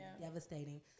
devastating